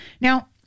Now